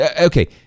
Okay